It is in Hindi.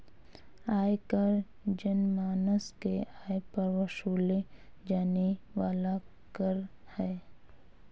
आयकर जनमानस के आय पर वसूले जाने वाला कर है